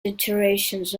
iterations